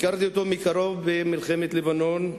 הכרתי אותו מקרוב במלחמת לבנון,